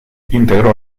integró